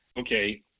okay